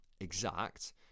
exact